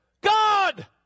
God